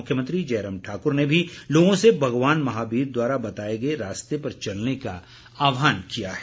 मुख्यमंत्री जयराम ठाकुर ने भी लोगों से भगवान महावीर द्वारा बताए गए रास्ते पर चलने का आहवान किया है